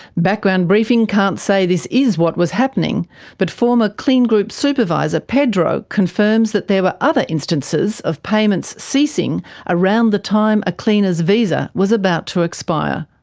background briefing can't say this is what was happening but former kleen group supervisor pedro confirms that there were other instances of payments ceasing around the time a cleaner's visa was about to expire.